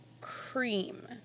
cream